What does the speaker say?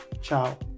Ciao